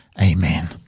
Amen